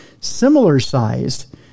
similar-sized